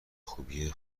خوبیه